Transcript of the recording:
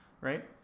right